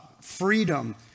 freedom